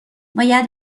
باید